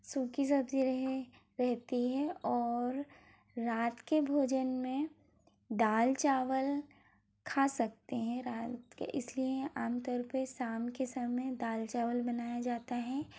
सूखी सब्ज़ी रहे रहती है और रात के भोजन में दाल चावल खा सकते हैं रात इसलिए आमतौर पे साम के समय दाल चावल बनाया जाता है